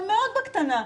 אבל מאוד בקטנה.